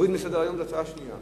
ולהוריד מסדר-היום זאת הצעה שנייה.